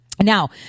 Now